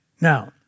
Now